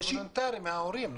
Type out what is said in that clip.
זה וולנטרי על ידי ההורים.